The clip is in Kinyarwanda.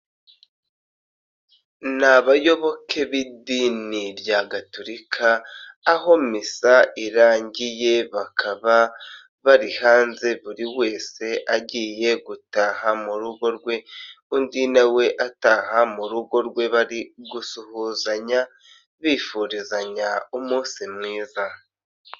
Ni abayoboke b'idini rya gatulika aho misa irangiye bakaba bari hanze buri wese agiye gutaha mu rugo rwe, undi nawe we ataha mu rugo rwe, bari gusuhuzanya bifurizanya umunsi mwiza.